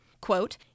Quote